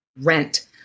rent